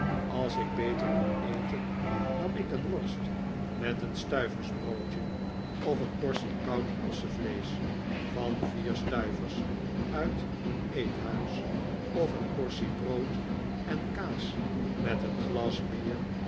als ik beter kon eten nam ik een worst met een stuiversbroodje of een portie koud ossevleesch van vier stuivers uit een eethuis of een portie brood en kaas met een glas bier